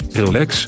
relax